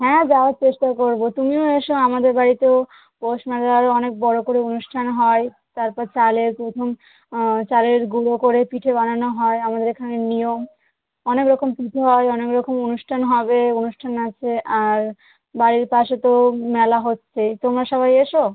হ্যাঁ যাওয়ার চেষ্টা করবো তুমিও এসো আমাদের বাড়িতেও পৌষ মেলায় অনেক বড়ো করে অনুষ্ঠান হয় তারপর চালের পোথম চালের গুঁড়ো করে পিঠে বানানো হয় আমাদের এখানে নিয়ম অনেক রকম পিঠে হয় অনেক রকম অনুষ্ঠান হবে অনুষ্ঠান আছে আর বাড়ির পাশে তো মেলা হচ্চেই তোমরা সবাই এসো